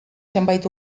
zenbait